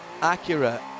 Acura